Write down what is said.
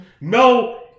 No